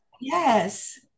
yes